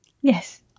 Yes